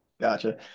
Gotcha